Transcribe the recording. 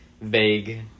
vague